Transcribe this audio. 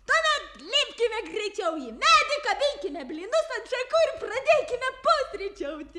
tuomet lipkime greičiau į medį kabinkime blynus ant šakų ir pradėkime pusryčiauti